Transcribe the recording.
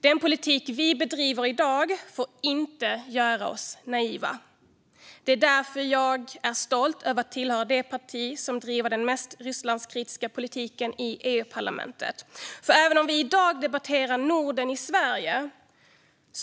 Den politik vi bedriver i dag får inte göra oss naiva. Det är därför jag är stolt över att tillhöra det parti som driver den mest Rysslandskritiska politiken i EU-parlamentet. Även om kammaren i dag debatterar Norden i Sverige